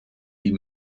die